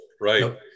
right